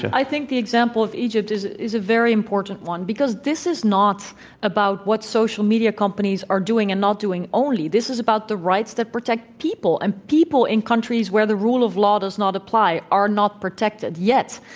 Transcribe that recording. i think the example of egypt is is a very important one because this is not about what social media companies are doing and not doing only. this is the about the rights that protect people. and people in countries where the rule of law does not apply are not protected. yes,